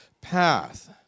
path